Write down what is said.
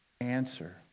answer